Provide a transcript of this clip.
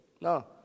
No